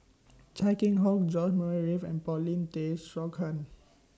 Chia Keng Hock George Murray Reith and Paulin Tay Straughan